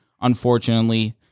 unfortunately